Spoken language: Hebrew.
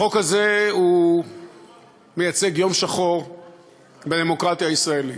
החוק הזה מייצג יום שחור בדמוקרטיה הישראלית.